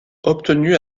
obtenue